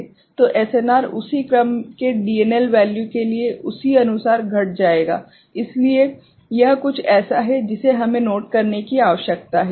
तो एसएनआर उसी क्रम के DNL वैल्यू के लिए उसी अनुसार घट जाएगा इसलिए यह कुछ ऐसा है जिसे हमें नोट करने की आवश्यकता है